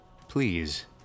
please